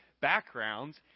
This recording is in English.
backgrounds